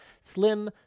slim